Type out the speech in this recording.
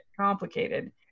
complicated